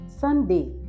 Sunday